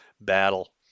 battle